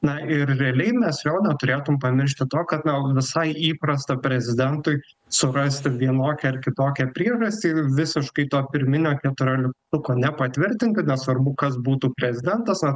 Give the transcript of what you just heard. na ir realiai mes vėl neturėtum pamiršti to kad na visai įprasta prezidentui surasti vienokią ar kitokią priežastį visiškai to pirminio keturioliktuko nepatvirtinti nesvarbu kas būtų prezidentas ar